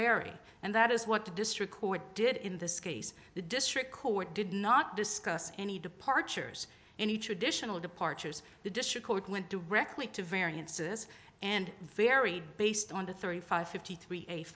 vary and that is what the district court did in this case the district court did not discuss any departures in the traditional departures the district court went directly to variances and varied based on the thirty five fifty three a